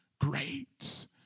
great